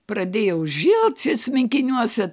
pradėjau žilt smilkiniuose